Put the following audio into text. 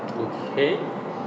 okay